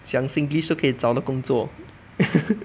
讲 singlish 都可以找到工作